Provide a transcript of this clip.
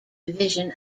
division